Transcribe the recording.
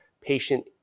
patient